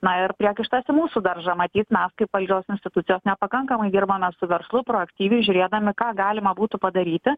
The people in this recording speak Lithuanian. na ir priekaištas į mūsų daržą matyt mes kaip valdžios institucijos nepakankamai dirbame su verslu proaktyviai žiūrėdami ką galima būtų padaryti